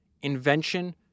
invention